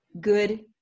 good